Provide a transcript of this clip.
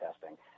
testing